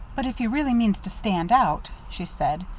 but if he really means to stand out, she said,